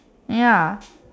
ya